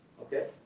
okay